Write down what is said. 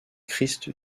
christ